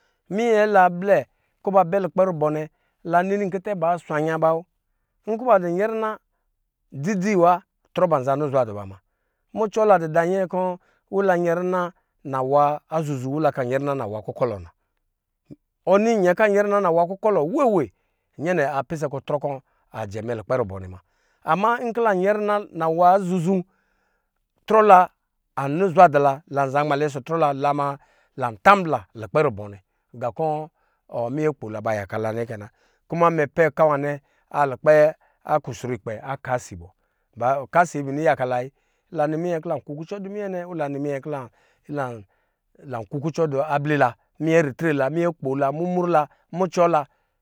Minyɛ la ablɛ kɔ ba bɛ lukpɛ rubɔ nɛ la ain nkɛtɛ ba swanya ba wo nkɔ ba dɔ nyɛrina dzi dzi wa trɔ ba anza nɔ zwa duba ma, mucɔ la dvi da nyɛ kɔ ila nyɛrina nawa zuzu ila kan nyɛrina nawa ku kɔlɔ na ɔni nyɛ kɔ ayɛ rina nawa kukɔlɔ weewe nyɛnɛ apisɛ kɔ trɔ kɔ anjɛmɛ lukpɛ rubɔ nɛ muna, ama nkɔ lanyɛr ina nawa zuzu tvɔ la auzwa dula, lan za nmalɛ ɔsɔ tvɔla lama lantambla lukpɛ rubɔ nɛ rqankɔ minyɛ kpola nɛ ba yaka lanɛ kɛ na mɛ pɛ ka nwa nɛ kɛ na mɛ pɛ ka nwa nɛ adu lukpɛ akusrukpɛ akasi bɔ ka si a bini yaka ila kukucɔ di ablila minyɛ ritre la minyɛ kpola mumru la mucɔ la